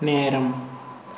நேரம்